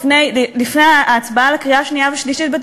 לפני ההצבעה בקריאה השנייה והשלישית,